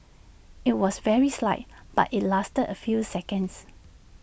IT was very slight but IT lasted A few seconds